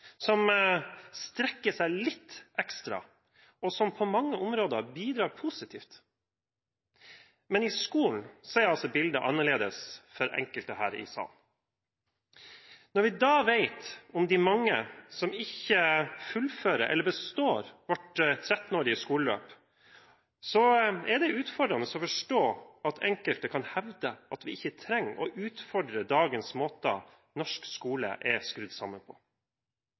som strekker seg litt ekstra, og som på mange områder bidrar positivt. Når det gjelder skolen, er bildet annerledes for enkelte her i salen. Når vi vet om de mange som ikke fullfører eller ikke består vårt 13-årige skoleløp, er det utfordrende å forstå at enkelte kan hevde at vi ikke trenger å utfordre dagens måter norsk skole er skrudd sammen på.